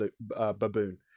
baboon